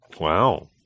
Wow